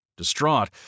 distraught